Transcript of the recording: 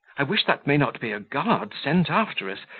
i wish that may not be a guard sent after us.